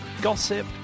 gossip